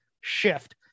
shift